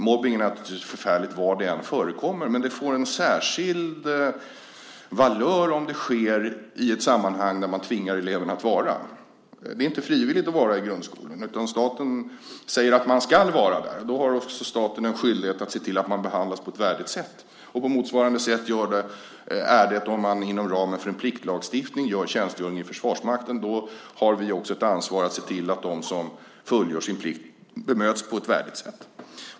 Mobbning är naturligtvis förfärligt var det än förekommer, men det får en särskild valör om den sker i ett sammanhang där man tvingar eleverna att vara. Det är inte frivilligt att vara i grundskolan, utan staten säger att man ska vara där. Då har staten också en skyldighet att se till att man behandlas på ett värdigt sätt. På motsvarande sätt är det om man inom ramen för en pliktlagstiftning har tjänstgöring i Försvarsmakten. Då har vi också ett ansvar för att se till att de som fullgör sin plikt bemöts på ett värdigt sätt.